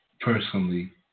personally